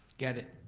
got it.